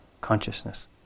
consciousness